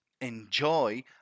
enjoy